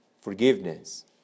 forgiveness